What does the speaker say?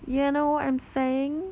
you know what I'm saying